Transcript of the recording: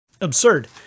absurd